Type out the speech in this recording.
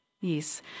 Yes